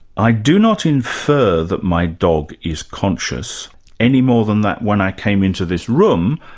i do not infer that my dog is conscious any more than that when i came into this room,